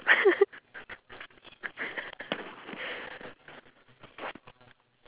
and we didn't even finish because we were like oh my god we gonna have this this that